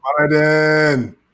biden